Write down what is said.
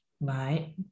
Right